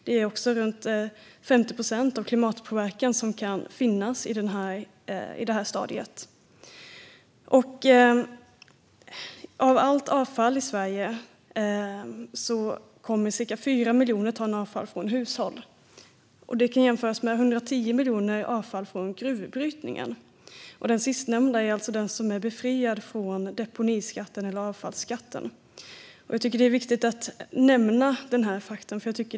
Det är också runt 50 procent av klimatpåverkan som kan finnas i det stadiet. Av allt avfall i Sverige kommer ca 4 miljoner ton avfall från hushåll. Det kan jämföras med 110 miljoner ton avfall från gruvbrytningen. Det sistnämnda är det som är befriat från deponiskatten eller avfallsskatten. Det är viktigt att nämna den faktorn.